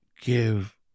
give